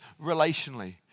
relationally